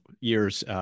years